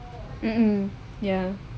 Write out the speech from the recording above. mmhmm ya